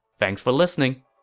thanks for listening!